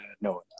no